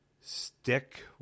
stick